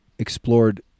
explored